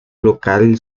local